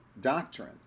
doctrine